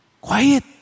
Quiet